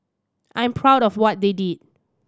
I'm proud of what they did